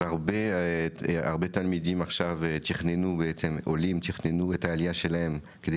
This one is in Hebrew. אז הרבה עולים תיכננו את העלייה שלהם כדי